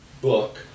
book